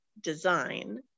design